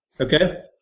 Okay